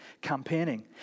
campaigning